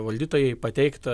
valdytojai pateikta